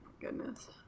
Goodness